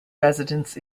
residents